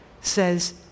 says